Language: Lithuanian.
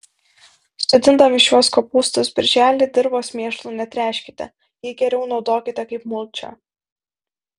sodindami šiuos kopūstus birželį dirvos mėšlu netręškite jį geriau naudokite kaip mulčią